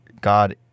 God